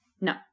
No